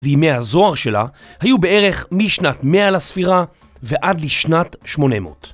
וימי הזוהר שלה היו בערך משנת מאה לספירה ועד לשנת שמונה מאות.